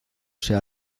sea